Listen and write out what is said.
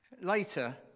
later